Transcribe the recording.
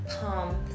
Palm